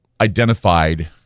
identified